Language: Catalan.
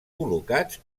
col·locats